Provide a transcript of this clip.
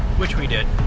which we did